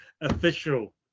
Official